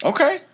Okay